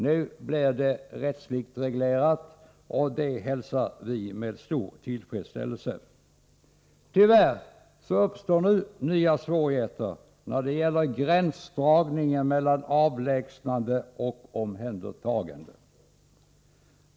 Nu blir det rättsligt reglerat, och det hälsar vi med stor tillfredsställelse. Tyvärr uppstår nu nya svårigheter när det gäller gränsdragningen mellan avlägsnande och omhändertagande.